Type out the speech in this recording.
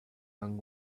and